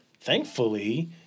thankfully